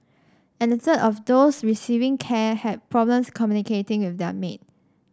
and a third of those receiving care had problems communicating with their maid